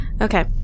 Okay